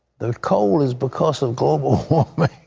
the cold is because of global warming,